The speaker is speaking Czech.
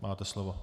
Máte slovo.